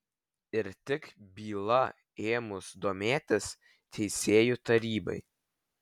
ir tik byla ėmus domėtis teisėjų tarybai